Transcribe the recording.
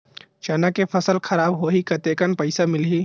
चना के फसल खराब होही कतेकन पईसा मिलही?